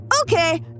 Okay